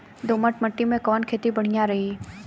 दोमट माटी में कवन खेती बढ़िया रही?